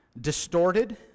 distorted